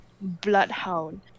Bloodhound